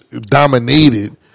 dominated